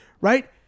Right